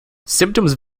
symptoms